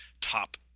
top